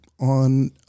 on